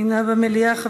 אינה במליאה.